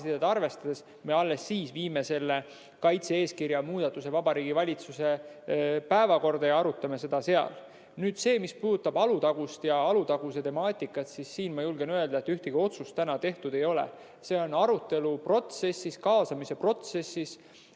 arvestades me alles siis viime selle kaitse-eeskirja muudatuse Vabariigi Valitsuse päevakorda ja arutame seda seal. Nüüd see, mis puudutab Alutagust ja Alutaguse temaatikat. Siin ma julgen öelda, et ühtegi otsust veel tehtud ei ole. See on arutelu, kaasamise protsess